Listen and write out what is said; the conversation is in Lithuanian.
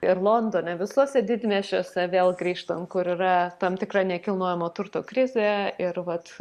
ir londone visuose didmiesčiuose vėl grįžtam kur yra tam tikra nekilnojamo turto krizė ir vat